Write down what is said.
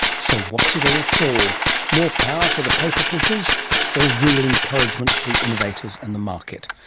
so, what's it all for? more power for the paper-pushers or real encouragement for the innovators and the market?